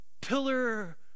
pillar